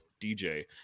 DJ